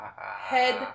Head